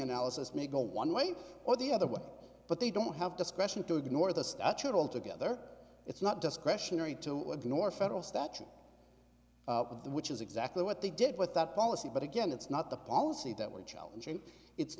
analysis may go one way or the other way but they don't have discretion to ignore the statute altogether it's not discretionary to ignore federal statute which is exactly what they did with that policy but again it's not the policy that we're challenging it's